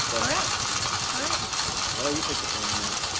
so correct, correct. i'll let you take the floor on that.